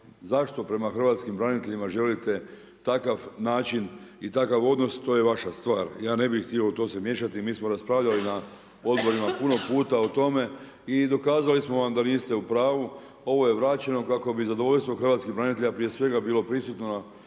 zašto prema hrvatskim braniteljima želite takav način i takav odnos, to je vaša stvar. Ja ne bih htio u to se miješati, mi smo raspravljali na odborima puno puta o tome i dokazali smo vam da niste u pravu, ovo je vraćeno kako bi zadovoljstvo hrvatskih branitelja prije svega bilo prisutno na cijelom prostoru.